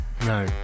no